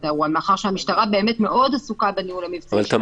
את האירוע מאחר שהמשטרה מאוד עסוקה בניהול המבצעי של האירוע הזה.